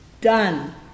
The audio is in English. done